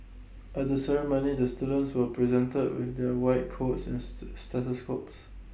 at the ceremony the students were presented with their white coats and stethoscopes